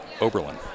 Oberlin